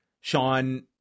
Sean